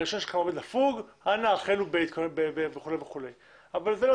הרישיון שלך עומד לפוג, אנא תתחילו וכולי וכולי.